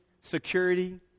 security